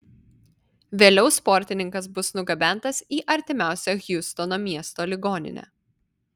vėliau sportininkas bus nugabentas į artimiausią hjustono miesto ligoninę